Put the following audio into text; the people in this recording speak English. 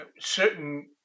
certain